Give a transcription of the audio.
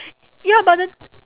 ya but the